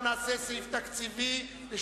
סעיף תקציבי 22